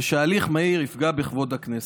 ושהליך מהיר יפגע בכבוד הכנסת".